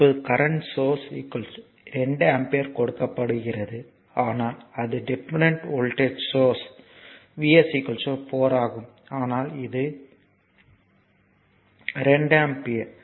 இப்போது current source 2 ampere கொடுக்கப்படுகிறது ஆனால் அது dependent voltage source V s 4 ஆகும் ஆனால் இது 2 ஆம்பியர்